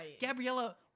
Gabriella